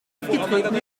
aufgetreten